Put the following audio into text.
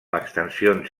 extensions